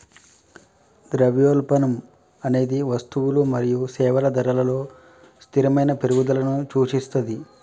ద్రవ్యోల్బణం అనేది వస్తువులు మరియు సేవల ధరలలో స్థిరమైన పెరుగుదలను సూచిస్తది